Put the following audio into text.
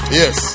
yes